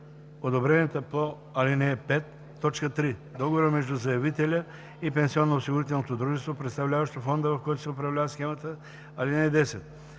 одобренията по ал. 5; 3. договора между заявителя и пенсионноосигурителното дружество, представляващо фонда, в който се управлява схемата. (10)